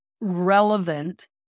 relevant